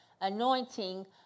anointing